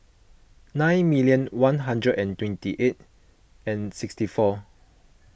nine million one hundred and twenty eight and sixty four